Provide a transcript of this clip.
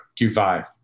Q5